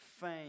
fame